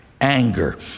anger